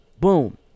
Boom